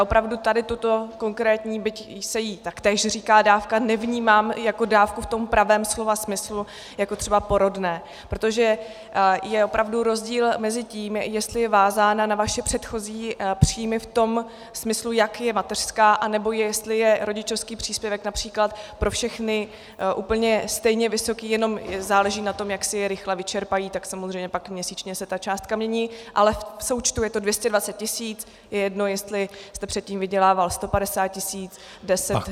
Opravdu tady tuto konkrétní, byť se jí taktéž říká dávka, nevnímám jako dávku v tom pravém slova smyslu jako třeba porodné, protože je opravdu rozdíl mezi tím, jestli je vázána na vaše předchozí příjmy v tom smyslu, jak je mateřská, nebo jestli je rodičovský příspěvek například pro všechny úplně stejně vysoký, jenom záleží na tom, jak si jej rychle vyčerpají, tak samozřejmě pak měsíčně se ta částka mění, ale v součtu je to 220 tisíc, je jedno, jestli jste předtím vydělával 150 tisíc, deset nebo jinou částku.